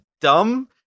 dumb